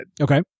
Okay